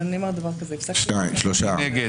מי נגד?